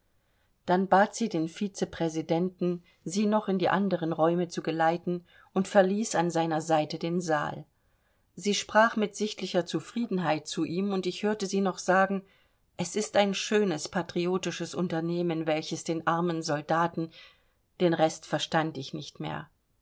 dann bat sie den vizepräsidenten sie noch in die anderen räume zu geleiten und verließ an seiner seite den saal sie sprach mit sichtlicher zufriedenheit zu ihm und ich hörte sie noch sagen es ist ein schönes patriotisches unternehmen welches den armen soldaten den rest verstand ich nicht mehr